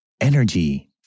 energy